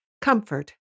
Comfort